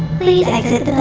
please exit the